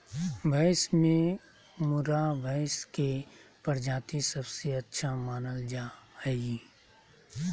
भैंस में मुर्राह भैंस के प्रजाति सबसे अच्छा मानल जा हइ